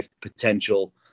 potential